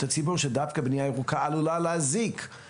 הציבור שדווקא בנייה ירוקה עלולה להזיק.